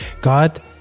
god